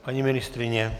Paní ministryně?